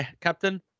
Captain